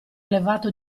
elevato